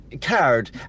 card